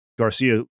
Garcia